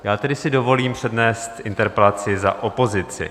Já tedy si dovolím přednést interpelaci za opozici.